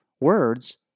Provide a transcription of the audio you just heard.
words